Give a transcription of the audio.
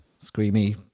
screamy